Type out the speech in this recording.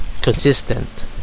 consistent